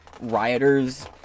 rioters